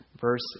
verse